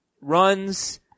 runs